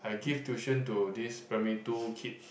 I give tuition to this primary two kid